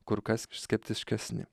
kur kas skeptiškesni